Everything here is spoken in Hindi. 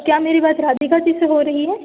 क्या मेरी बात राधिका जी से हो रही है